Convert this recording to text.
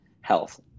health